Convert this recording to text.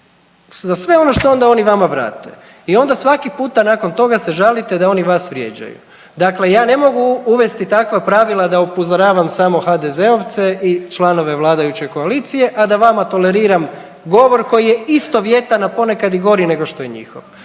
za sve ono što onda oni vama vrate. I onda svaki puta nakon toga se žalite da oni vas vrijeđaju. Dakle, ja ne mogu uvesti takva pravila da upozoravam samo HDZ-ovce i članove vladajuće koalicije, a da vama toleriram govor koji je istovjetan, a ponekad i gori nego što je njihov.